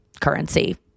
currency